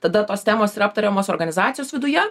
tada tos temos yra aptariamos organizacijos viduje